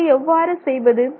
இதை எவ்வாறு செய்வது